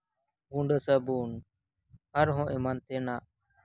ᱜᱩᱸᱰᱟᱹ ᱥᱟᱵᱩᱱ ᱟᱨᱦᱚᱸ ᱮᱢᱟᱱ ᱛᱮᱱᱟᱜ